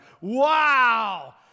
Wow